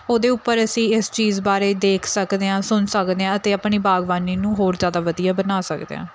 ਉਹਦੇ ਉੱਪਰ ਅਸੀਂ ਇਸ ਚੀਜ਼ ਬਾਰੇ ਦੇਖ ਸਕਦੇ ਹਾਂ ਸੁਣ ਸਕਦੇ ਹਾਂ ਅਤੇ ਆਪਣੀ ਬਾਗਬਾਨੀ ਨੂੰ ਹੋਰ ਜ਼ਿਆਦਾ ਵਧੀਆ ਬਣਾ ਸਕਦੇ ਹਾਂ